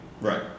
Right